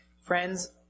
Friends